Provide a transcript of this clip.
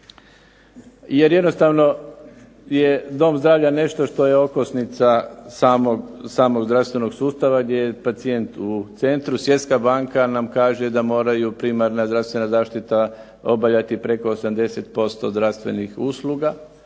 jer jednostavno dom zdravlja je nešto što je okosnica samog zdravstvenog sustava gdje je pacijent u centru. Svjetska banka nam kaže da moraju primarna zdravstvena zaštita obavljati preko 80% zdravstvenih usluga,